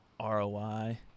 ROI